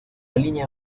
línea